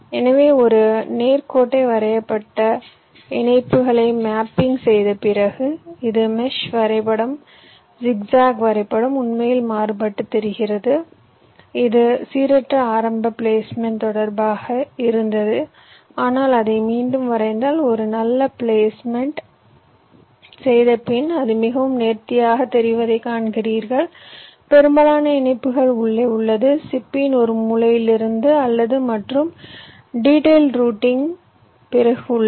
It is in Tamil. எனவே ஒரு நேர் கோட்டை வரையப்பட்ட இணைப்புகளை மேப்பிங் செய்த பிறகு இது மெஷ் வரைபடம் ஜிக்ஜாக் வரைபடம் உண்மையில் மாறுபட்டுத் தெரிகிறது இது சீரற்ற ஆரம்ப பிளேஸ்மென்ட் தொடர்பாக இருந்தது ஆனால் அதை மீண்டும் வரைந்தால் ஒரு நல்ல ப்ளஸ்ட்மெண்டை செய்தபின் அது மிகவும் நேர்த்தியாகத் தெரிவதைக் காண்கிறீர்கள் பெரும்பாலான இணைப்புகள் உள்ளே உள்ளது சிப்பின் ஒரு மூலையிலிருந்து அல்ல மற்றும் டீடைல் ரூட்டிங் பிறகு உள்ளது